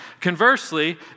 Conversely